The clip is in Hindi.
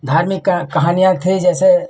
धार्मिक कहानियाँ थीं जैसे